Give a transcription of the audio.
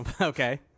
Okay